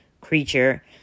creature